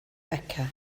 beca